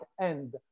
end